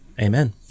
Amen